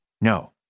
No